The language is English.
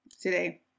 today